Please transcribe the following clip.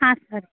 ಹಾಂ ಸರ್